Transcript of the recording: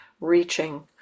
reaching